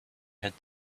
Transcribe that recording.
had